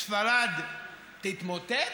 ספרד תתמוטט?